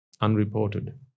unreported